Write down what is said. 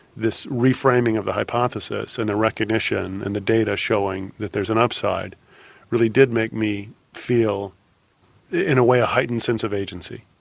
this reframing of the hypothesis and the recognition and the data showing that there's an upside really did make me feel in a way a heightened sense of agency,